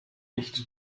nicht